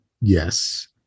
Yes